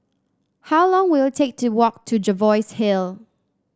how long will it take to walk to Jervois Hill